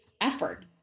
effort